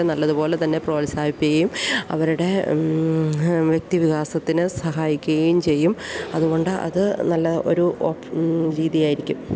നല്ലതുപോലെ തന്നെ പ്രോത്സാഹിപ്പിക്കുകയും അവരുടെ വ്യക്തിവികാസത്തിനു സഹായിക്കുകയും ചെയ്യും അതുകൊണ്ട് അതു നല്ല ഒരു രീതിയായിരിക്കും